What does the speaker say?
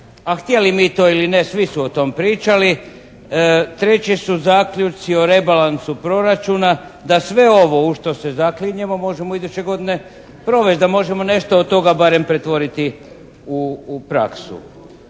a htjeli mi to ili ne svi su o tom pričali, treći su zaključci o rebalansu proračuna da sve ovo u što se zaklinjemo možemo iduće godine provesti da možemo nešto do toga barem pretvoriti u praksu.